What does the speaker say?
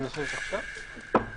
הישיבה ננעלה בשעה 13:05.